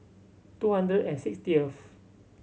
two hundred and sixtieth